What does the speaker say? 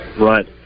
right